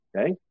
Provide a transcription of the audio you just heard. Okay